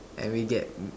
and we get